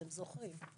אתם זוכרים,